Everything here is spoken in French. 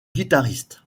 guitariste